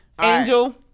Angel